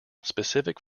specific